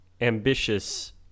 ambitious